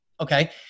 Okay